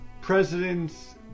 presidents